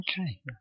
okay